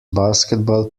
basketball